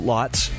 Lot's